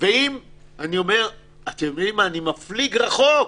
אני מפליג רחוק.